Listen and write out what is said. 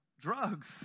Drugs